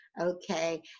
Okay